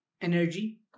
energy